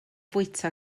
fwyta